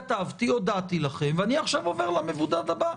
כתבתי, הודעתי לכם, ואני עכשיו עובר למבודד הבא.